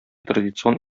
традицион